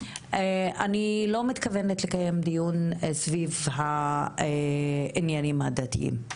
אני לא מתכוונת לקיים דיון סביב העניינים הדתיים.